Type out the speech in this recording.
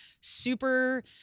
super